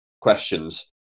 questions